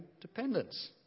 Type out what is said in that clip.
dependence